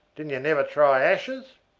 did you never try ashes?